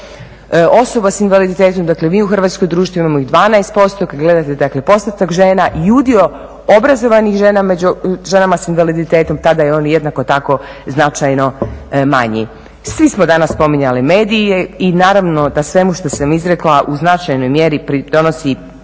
osoba s invaliditetom, dakle mi u hrvatskom društvu imamo ih 12%, kad gledate dakle postotak žena i udio obrazovanih žena među ženama s invaliditetom, tada je on jednako tako značajno manji. Svi smo danas spominjali medije i naravno da svemu što sam izrekla u značajnoj mjeri pridonose